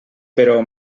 però